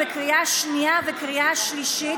בקריאה שנייה וקריאה שלישית,